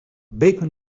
bacon